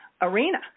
arena